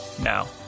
Now